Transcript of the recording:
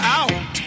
out